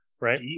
right